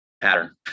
pattern